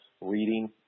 reading